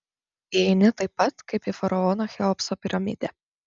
įeini taip pat kaip į faraono cheopso piramidę